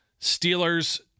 Steelers